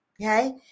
Okay